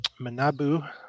Manabu